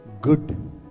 good